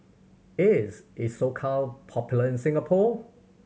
is Isocal popular in Singapore